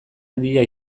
handia